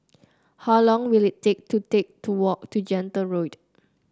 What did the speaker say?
how long will it take to take to walk to Gentle Road